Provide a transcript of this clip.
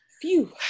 Phew